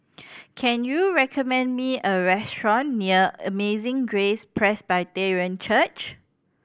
can you recommend me a restaurant near Amazing Grace Presbyterian Church